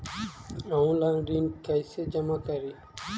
Online ऋण कैसे जमा करी?